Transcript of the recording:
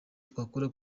twakora